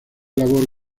labor